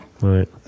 Right